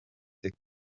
des